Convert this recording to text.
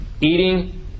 eating